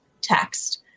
text